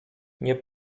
nie